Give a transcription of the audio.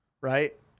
right